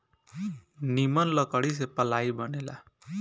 निमन लकड़ी से पालाइ बनेला